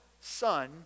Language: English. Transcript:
Son